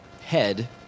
head